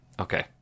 Okay